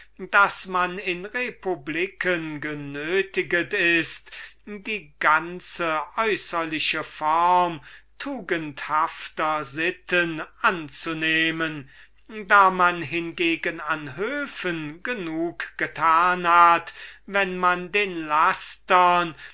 daß man in republiken genötiget ist die ganze äußerliche form tugendhafter sitten anzunehmen da man hingegen an höfen genug getan hat wenn man den lastern